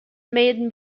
main